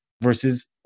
versus